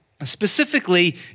Specifically